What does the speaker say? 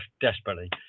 desperately